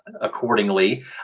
accordingly